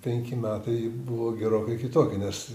penki metai buvo gerokai kitokie nes